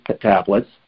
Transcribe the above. tablets